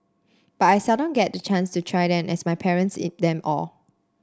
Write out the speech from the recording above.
but I seldom get the chance to try them as my parents eat them all